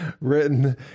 written